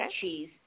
cheese